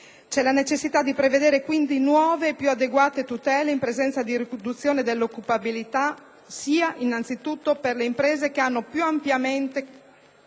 C'è la necessità di prevedere, quindi, nuove e più adeguate tutele in presenza di riduzione dell'occupabilità innanzitutto per le imprese che hanno più ampiamente